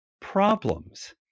problems